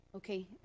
Okay